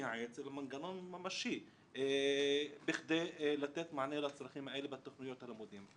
מייעץ אלא מנגנון ממשי בכדי לתת מענה לצרכים האלה בתוכניות הלימודים.